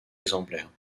exemplaires